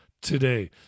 today